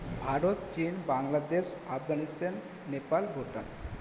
Bharat Chin Bangladesh Afghanistan Nepal Bhutan